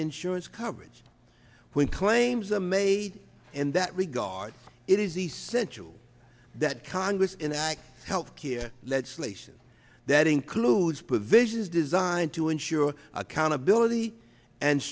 insurance coverage when claims are made and that regard it is essential that congress enacts health care legislation that includes provisions designed to ensure accountability and